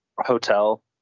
hotel